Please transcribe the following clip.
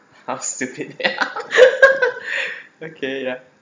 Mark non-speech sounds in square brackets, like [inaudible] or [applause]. ask stupid ya [laughs] okay ya